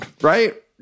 Right